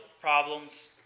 problems